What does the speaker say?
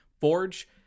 Forge